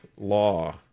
law